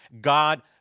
God